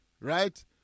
right